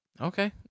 Okay